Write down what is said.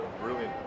brilliant